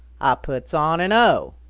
ah puts on an o.